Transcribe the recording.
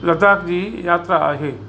लद्दाख जी यात्रा आहे